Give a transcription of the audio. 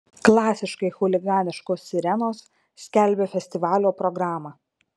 klasiškai chuliganiškos sirenos skelbia festivalio programą